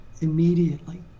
immediately